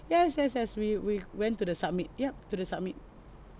yes yes yes we we went to the summit yup to the summit